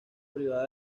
privada